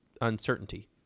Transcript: uncertainty